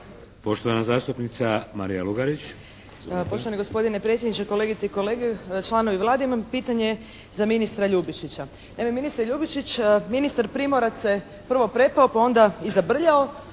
**Lugarić, Marija (SDP)** Poštovani gospodine predsjedniče, kolegice i kolege, članovi Vlade. Imam pitanje za ministra Ljubičića. Naime ministar Ljubičić, ministar Primorac se prvo prepao pa onda i zabrljao